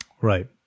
Right